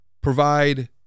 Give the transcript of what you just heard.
provide